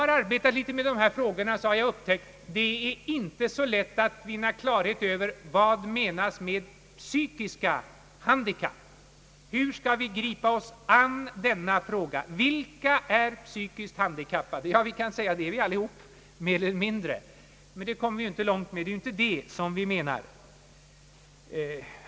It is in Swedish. När jag sysslat litet med dessa frågor har jag upptäckt att det inte är så lätt att vinna klarhet i vad som menas med psykiska handikapp. Vilka är psykiskt handikappade? Hur skall vi gripa oss an den frågan? Ja, man kan ju säga att vi alla är det mer eller mindre! Men därmed kommer vi inte långt, det är inte detta som här avses.